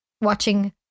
watching